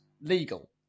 legal